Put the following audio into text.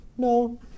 No